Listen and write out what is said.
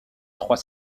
trois